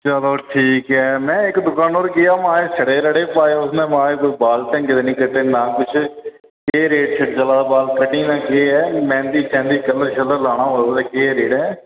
चलो ठीक ऐ में इक दकाना पर गेआ माए छड़े रड़े पाए उसने बाल ढ़गै दे नीं कट्टे नां किश केह् रेट चला दा बाल कटिंग केह् ऐ मैंह्दी छैंदी कलर छलर लाना होऐ ते केह् रेट ऐ